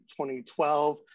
2012